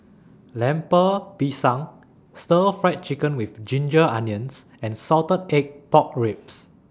Lemper Pisang Stir Fry Chicken with Ginger Onions and Salted Egg Pork Ribs